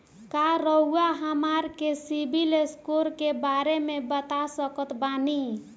का रउआ हमरा के सिबिल स्कोर के बारे में बता सकत बानी?